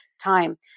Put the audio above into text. time